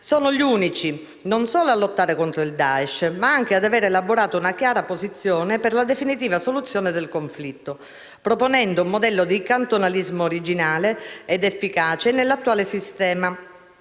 sono gli unici non solo a lottare contro il Daesh, ma anche ad aver elaborato una chiara posizione per la definitiva soluzione del conflitto, proponendo un modello di cantonalismo originale ed efficace nell'attuale sistema